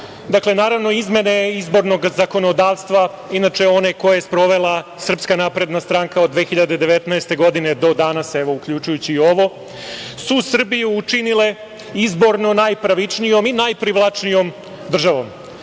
građani, izmene izbornog zakonodavstva inače one koje je sprovela SNS od 2019. godine do danas, evo uključujući i ovo, su Srbiju učinile izborno najpravičnijom i najprivlačnijom državom. Režimi